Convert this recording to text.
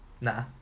nah